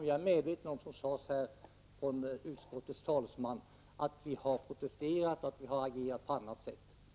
Jag är medveten om att vi, som utskottets talesman sade, har protesterat och agerat på annat sätt.